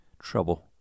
trouble